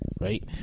right